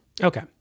okay